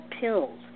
pills